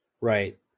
Right